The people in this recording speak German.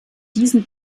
diesen